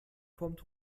kommt